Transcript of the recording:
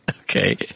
Okay